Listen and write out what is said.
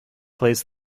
plays